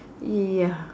ya